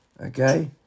Okay